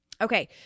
Okay